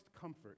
comfort